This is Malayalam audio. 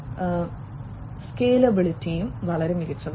അതിനാൽ സ്കേലബിളിറ്റിയും വളരെ മികച്ചതാണ്